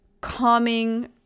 calming